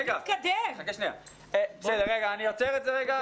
אני עוצר את זה רגע.